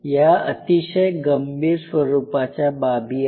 या अतिशय गंभीर स्वरूपाच्या बाबी आहेत